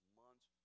months